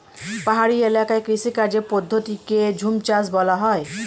পাহাড়ি এলাকার কৃষিকাজের পদ্ধতিকে ঝুমচাষ বলা হয়